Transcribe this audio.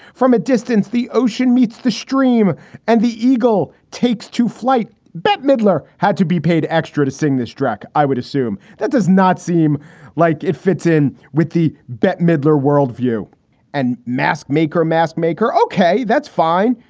from a distance, the ocean meets the stream and the eagle takes to flight bette midler had to be paid extra to sing this dreck. i would assume that does not seem like it fits in with the bette midler world view and mask maker. mask maker. ok, that's fine.